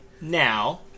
now